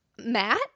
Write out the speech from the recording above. Matt